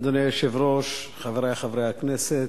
אדוני היושב-ראש, חברי חברי הכנסת,